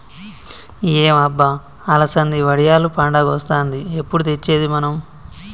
ఏం అబ్బ అలసంది వడియాలు పండగొస్తాంది ఎప్పుడు తెచ్చేది మనం